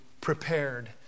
prepared